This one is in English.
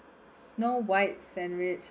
snow white sandwich